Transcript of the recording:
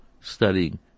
studying